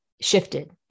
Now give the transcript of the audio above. shifted